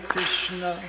Krishna